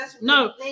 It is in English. No